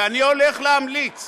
ואני הולך להמליץ